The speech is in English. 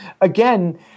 Again